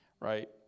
Right